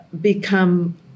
become